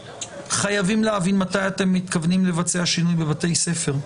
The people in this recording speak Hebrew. חייבים להבין מתי אתם מתכוונים לבצע שינוי בבתי ספר.